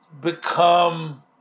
become